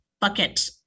bucket